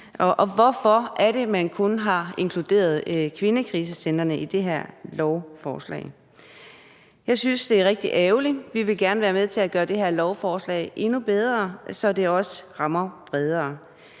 Og hvorfor er det, at man kun har inkluderet kvindekrisecentrene i det her lovforslag? Jeg synes, det er rigtigt ærgerligt. Vi vil gerne være med til at gøre det her lovforslag endnu bedre, så det også rammer bredere.